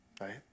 right